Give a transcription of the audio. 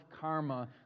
karma